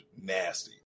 nasty